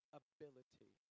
ability